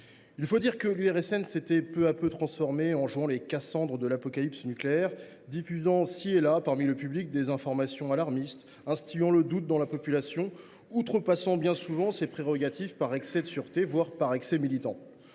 Il faut dire que l’IRSN s’était peu à peu transformé en jouant les Cassandre de l’apocalypse nucléaire, diffusant ici et là parmi le public des informations alarmistes, instillant le doute dans la population, outrepassant bien souvent ses prérogatives, par excès de sûreté voire de militantisme.